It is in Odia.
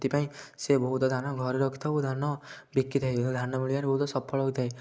ସେଥିପାଇଁ ସେ ବହୁତ ଧାନ ଘରେ ରଖିଥିବ ଧାନ ବିକିଥାଏ ଧାନ ବହୁତ ସଫଳ ହୋଇଥାଏ